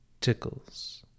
tickles